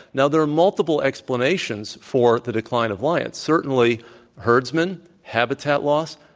now there are multiple explanations for the decline of lions. certainly herdsman, habitat loss,